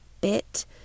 bit